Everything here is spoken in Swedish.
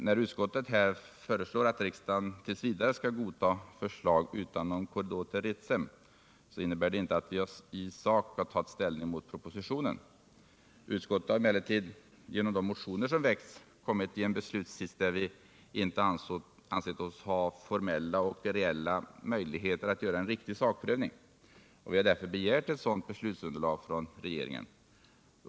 När utskottet här föreslår att riksdagen t. v. skall godta förslag utan någon korridor till Ritsem, så innebär det inte att vi i sak tagit ställning mot propositionen. Utskottet har emellertid genom de motioner som väckts kommit i en beslutssits, där vi inte ansett oss ha formella och reella möjligheter att göra en riktig sakprövning. Vi har därför begärt ett sådant beslutsunderlag från regeringen.